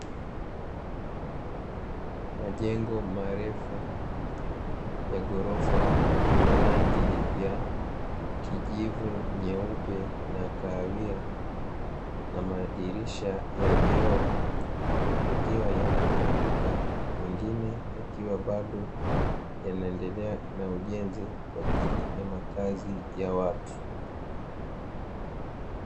Majengo marefu ya ghorofa yenye rangi ya kijivu, nyeupe na kahawia na madirisha ya vioo, yakiwa yamekamilika mengine yakiwa bado yanaendelea na ujenzi kwa ajili ya makazi ya watu.